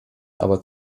aber